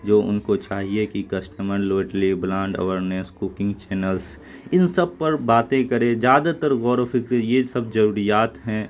جو ان کو چاہیے کہ customer loyalty brand awareness cooking channels ان سب پر باتیں کرے زیادہ تر غور و فکر یہ سب ضروریات ہیں